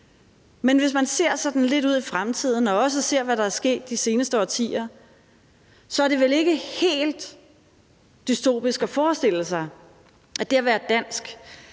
men hvis man ser sådan lidt ud i fremtiden og også ser på, hvad der er sket de seneste årtier, så er det vel ikke helt dystopisk at forestille sig, at det at være dansk